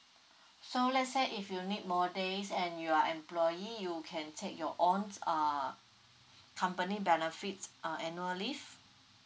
so let's say if you need more days and you are employee you can take your own err company benefits uh annual leave